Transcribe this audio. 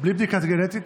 בלי בדיקה גנטית,